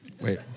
wait